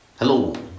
Hello